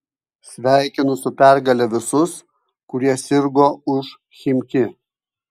sveikinu su pergale visus kurie sirgo už chimki